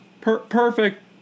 Perfect